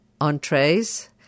entrees